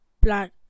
black